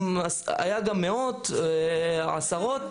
היה גם מאות, עשרות.